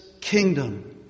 kingdom